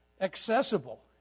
Accessible